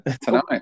tonight